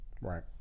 Right